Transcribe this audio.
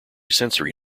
sensory